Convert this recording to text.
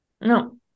No